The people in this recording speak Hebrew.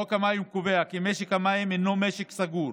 חוק המים קובע כי משק המים היא משק סגור,